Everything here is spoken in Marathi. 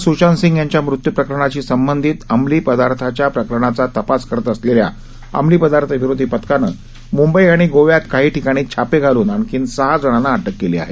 अभिनेता सृशांत सिंह याच्या मृत्यू प्रकरणाशी संबंधित अंमली पदार्थाच्या प्रकरणाचा तपास करत असलेल्या अमली पदार्थ विरोधी पथकानं मुंबई आणि गोव्यात काही ठिकाणी छापे घालून आणखी सहा जणांना अटक केली आहे